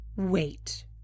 wait